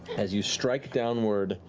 as you strike downward,